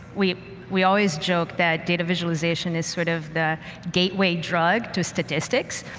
we we always joke that data visualization is sort of the gateway drug to statistics.